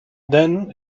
then